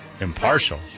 Impartial